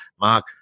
Mark